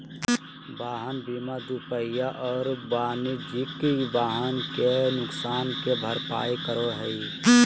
वाहन बीमा दूपहिया और वाणिज्यिक वाहन के नुकसान के भरपाई करै हइ